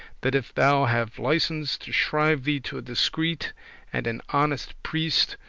that if thou have license to shrive thee to a discreet and an honest priest,